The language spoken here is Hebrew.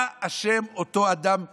מה אשם אותו אדם חלש,